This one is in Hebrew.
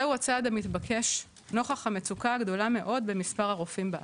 זהו הצעד המתבקש נוכח המצוקה הגדולה מאוד במספר הרופאים בארץ.